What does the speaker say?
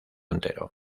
entero